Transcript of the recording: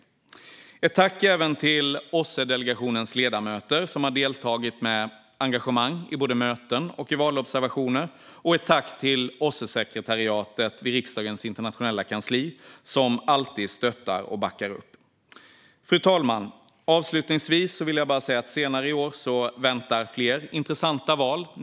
Jag vill rikta ett tack även till OSSE-delegationens ledamöter, som har deltagit med engagemang i både möten och valobservationer, och ett tack till OSSE-sekretariatet vid riksdagens internationella kansli, som alltid stöttar och backar upp. Fru talman! Avslutningsvis vill jag bara säga att senare i år väntar fler intressanta val.